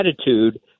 attitude